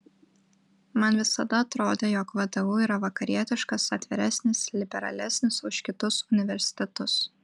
man visada atrodė jog vdu yra vakarietiškas atviresnis liberalesnis už kitus universitetus